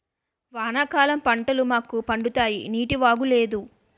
వానాకాలం పంటలు మాకు పండుతాయి నీటివాగు లేదు